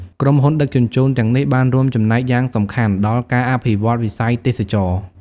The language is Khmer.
ក្រុមហ៊ុនដឹកជញ្ជូនទាំងនេះបានរួមចំណែកយ៉ាងសំខាន់ដល់ការអភិវឌ្ឍវិស័យទេសចរណ៍។